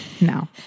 No